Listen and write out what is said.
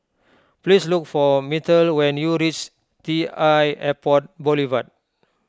please look for Myrtle when you reach T l Airport Boulevard